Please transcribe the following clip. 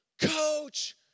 coach